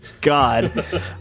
God